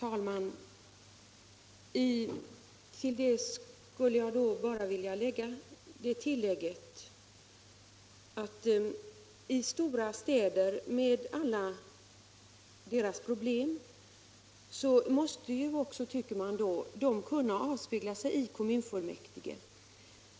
Herr talman! Jag skulle bara vilja göra det tillägget att alla o!ika problem i de stora städerna måste kunna avspegla sig i kommunfullmäktiges debatter.